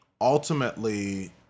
Ultimately